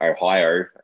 Ohio